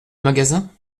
magasin